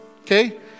okay